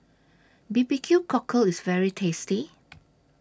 B B Q Cockle IS very tasty